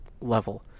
level